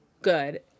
good